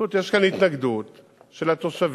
פשוט יש כאן התנגדות של התושבים,